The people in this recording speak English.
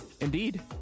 Indeed